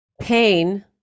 Pain